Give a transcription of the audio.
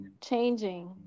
changing